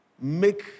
make